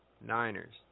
Niners